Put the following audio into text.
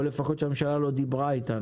או לפחות כשהממשלה לא מדברת איתה,